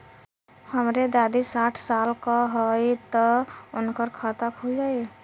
हमरे दादी साढ़ साल क हइ त उनकर खाता खुल जाई?